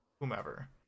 whomever